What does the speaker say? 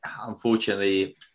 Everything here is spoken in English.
unfortunately